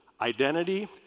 Identity